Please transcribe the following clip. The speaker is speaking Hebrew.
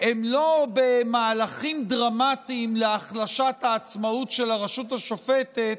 הם לא במהלכים דרמטיים להחלשת העצמאות של הרשות השופטת,